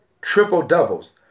triple-doubles